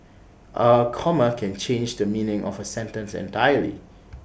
A comma can change the meaning of A sentence entirely